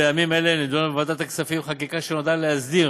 בימים אלה נדונה בוועדת הכספים חקיקה שנועדה להסדיר